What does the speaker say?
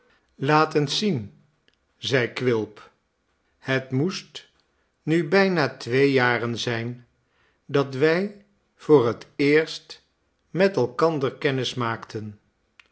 eens zien zeide quilp het moet nu bijna twee jaren zijn dat wij voor heteerst met elkander kennis maakten